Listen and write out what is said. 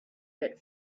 bit